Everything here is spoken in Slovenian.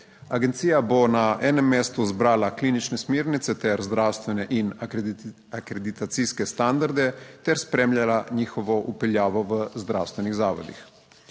Agencija bo na enem mestu zbrala klinične smernice ter zdravstvene in akreditacijske standarde ter spremljala njihovo vpeljavo v zdravstvenih zavodih.